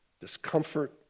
Discomfort